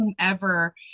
whomever